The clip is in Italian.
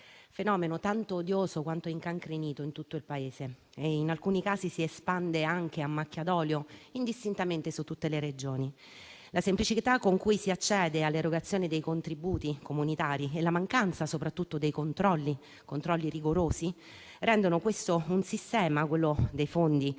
fenomeno tanto odioso quanto incancrenito in tutto il Paese e in alcuni casi si espande anche a macchia d'olio, indistintamente su tutte le Regioni. La semplicità con cui si accede all'erogazione dei contributi comunitari e soprattutto la mancanza di controlli rigorosi rendono il sistema dei fondi